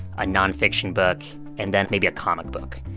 a nonfiction book and then maybe a comic book.